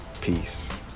Peace